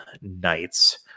Knights